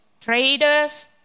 traders